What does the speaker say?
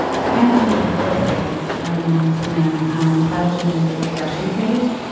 so anagen is the growth phase, for anyone listening, and catagen is the regression phase.